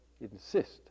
insist